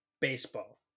baseball